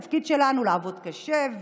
התפקיד שלנו לעבוד קשה,